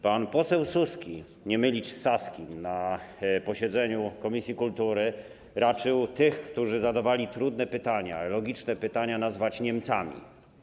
Pan poseł Suski - nie mylić z Saskim - na posiedzeniu komisji kultury raczył tych, którzy zadawali trudne pytania, logiczne pytania nazwać Niemcami.